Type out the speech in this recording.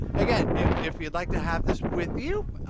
again, if if you'd like to have this with you,